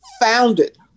founded